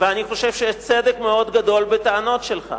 אני חושב שיש צדק גדול מאוד בטענות שלך,